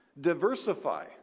Diversify